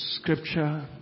scripture